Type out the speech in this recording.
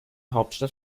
hauptstadt